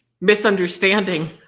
misunderstanding